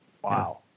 Wow